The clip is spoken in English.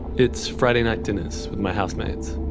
it's friday night dinners with my housemates,